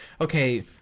okay